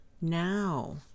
Now